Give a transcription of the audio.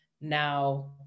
now